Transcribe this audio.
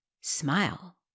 Smile